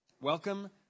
Welcome